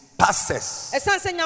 passes